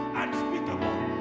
unspeakable